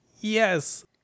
yes